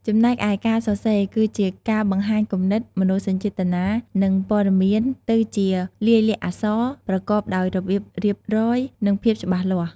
ចំណែកឯ ការសរសេរ គឺជាការបង្ហាញគំនិត មនោសញ្ចេតនា និងព័ត៌មានទៅជាលាយលក្ខណ៍អក្សរប្រកបដោយរបៀបរៀបរយ និងភាពច្បាស់លាស់។